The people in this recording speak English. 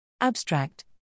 Abstract